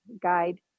guide